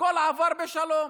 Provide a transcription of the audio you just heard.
הכול עבר בשלום.